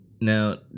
Now